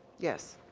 yes,